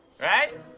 Right